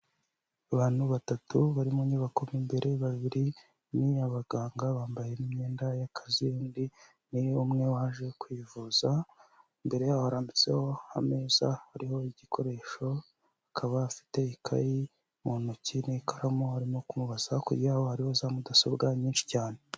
Abantu batatu bari mu nyubako mo imbere, babiri ni abaganga, bambaye n'imyenda y'akazi, undi ni umwe waje kwivuza, imbere yaho harambitseho ameza hariho igikoresho, akaba afite ikayi mu ntoki n'ikaramu ari kumubaza, hakurya yabo hariho za mudasobwa nyinshi cyane.